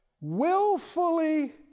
willfully